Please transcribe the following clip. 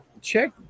check